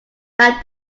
that